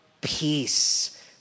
peace